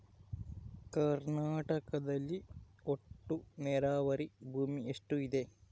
ಕರ್ನಾಟಕದಲ್ಲಿ ಒಟ್ಟು ನೇರಾವರಿ ಭೂಮಿ ಎಷ್ಟು ಇದೆ?